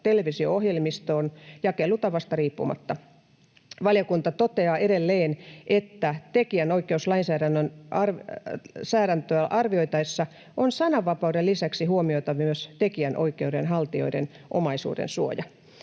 televisio-ohjelmistoon jakelutavasta riippumatta. Valiokunta toteaa edelleen, että tekijänoikeuslainsäädäntöä arvioitaessa on sananvapauden lisäksi huomioitava myös tekijänoikeuden haltijoiden omaisuudensuoja.”